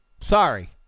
Sorry